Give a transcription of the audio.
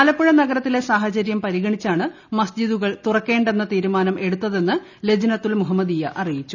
ആലപ്പുഴ നഗരത്തില്പ്പ് സ്റ്റ്ചരും പരിഗണിച്ചാണ് മസ്ജിദുകൾ തുറക്കേണ്ടെന്ന തീരുമാനും എടുത്തതെന്ന് ലജ്നത്തുൽ മുഹമ്മദിയ്യ അറിയിച്ചു